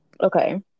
Okay